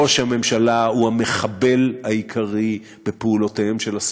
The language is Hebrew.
ראש הממשלה הוא המחבל העיקרי בפעולותיהם של השרים.